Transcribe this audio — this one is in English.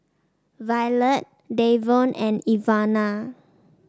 Violette Davon and Ivana